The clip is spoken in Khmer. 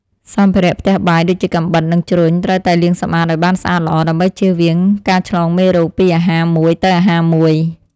សម្ភារៈផ្ទះបាយដូចជាកាំបិតនិងជ្រញ់ត្រូវតែលាងសម្អាតឱ្យបានស្អាតល្អ ដើម្បីចៀសវាងការឆ្លងមេរោគពីអាហារមួយទៅអាហារមួយ។